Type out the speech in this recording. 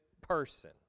person